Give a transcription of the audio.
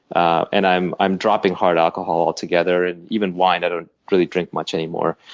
ah and i'm i'm dropping hard alcohol altogether and even wine. i don't really drink much anymore.